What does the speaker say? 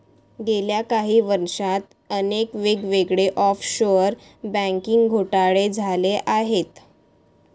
गेल्या काही वर्षांत अनेक वेगवेगळे ऑफशोअर बँकिंग घोटाळे झाले आहेत